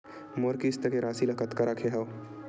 मोर किस्त के राशि ल कतका रखे हाव?